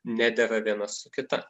nedera viena su kita